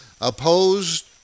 opposed